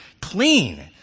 clean